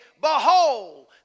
behold